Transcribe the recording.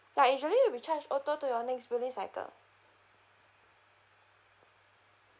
but usually it'll be charged auto to your next billing cycle